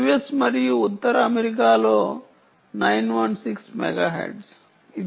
US మరియు ఉత్తర అమెరికాలో 916 మెగాహెర్ట్జ్